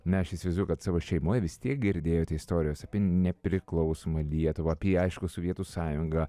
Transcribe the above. na aš įsivaizduoju kad savo šeimoje vis tiek girdėjote istorijas apie nepriklausomą lietuvą apie aišku sovietų sąjungą